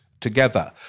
together